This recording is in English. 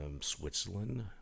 Switzerland